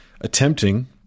attempting